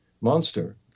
monster